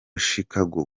chicago